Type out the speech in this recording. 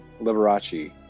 Liberace